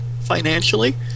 financially